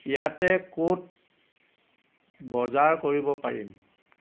ইয়াতে ক'ত বজাৰ কৰিব পাৰিম